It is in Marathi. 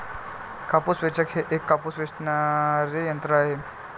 कापूस वेचक हे एक कापूस वेचणारे यंत्र आहे